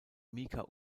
mika